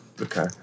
Okay